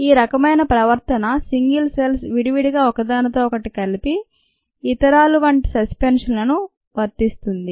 ఈ రకమైన ప్రవర్తన సింగల్ సెల్స్ విడివిడిగా ఒక దానితో ఒకటి కలిపి ఇతర ాలు వంటి సస్పెన్షన్ లకు వర్తిస్తుంది